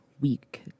week